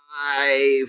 five